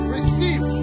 Receive